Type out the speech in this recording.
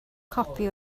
copi